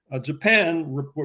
Japan